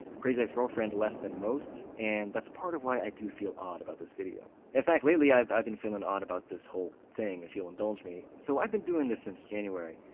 crazy ex-girlfriend less than most, and that's part of why i do feel odd about this video. in fact, lately, i've i've been feeling odd about this whole thing, if you'll indulge me. so i've been doing this since january,